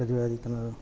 പ്രതിപാദിക്കുന്നത്